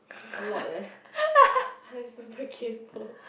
a lot eh I super kaypoh